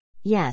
Yes